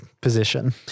position